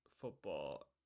football